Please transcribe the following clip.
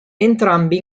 entrambi